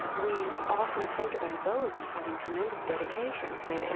we often think about those as having tremendous dedication, say,